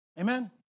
amen